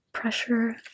Pressure